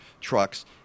trucks